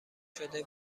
شده